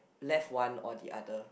left one or the other